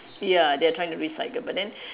ya they are trying to recycle but then